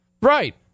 Right